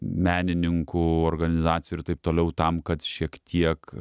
menininkų organizacijų ir taip toliau tam kad šiek tiek